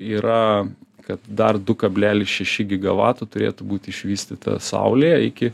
yra kad dar du kablelis šeši gigavato turėtų būti išvystyta saulėje iki